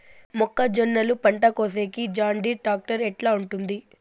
మొక్కజొన్నలు పంట కోసేకి జాన్డీర్ టాక్టర్ ఎట్లా ఉంటుంది?